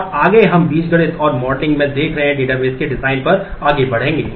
और आगे हम बीजगणित और मॉडलिंग में देख रहे डेटाबेस के डिजाइन पर आगे बढ़ेंगे